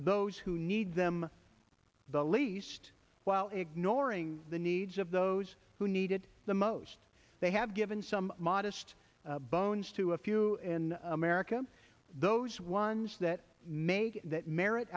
who need them the least while ignoring the needs of those who need it the most they have given some modest bones to a few in america those ones that make that merit